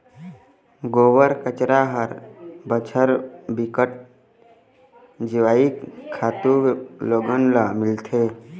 गोबर, कचरा हर बछर बिकट जइविक खातू लोगन ल मिलथे